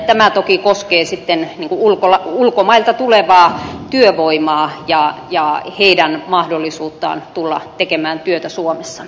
tämä toki koskee sitten ulkomailta tulevaa työvoimaa ja heidän mahdollisuuttaan tulla tekemään työtä suomessa